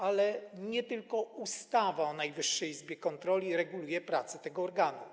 Ale nie tylko ustawa o Najwyższej Izbie Kontroli reguluje pracę tego organu.